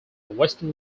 western